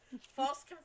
False